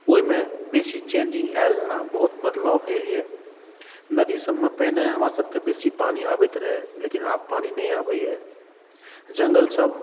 ओहिमे बेसी चेंजिंग आयल हँ बहुत बदलाव भेल यऽ नदीसभमे पहिने हमरासभके बेसी पानी आबैत रहय लेकिन आब पानी नहि आबै यऽ जंगलसभ